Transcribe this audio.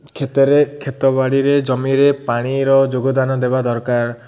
କ୍ଷେତରେ କ୍ଷେତ ବାଡ଼ିରେ ଜମିରେ ପାଣିର ଯୋଗଦାନ ଦେବା ଦରକାର